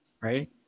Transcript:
right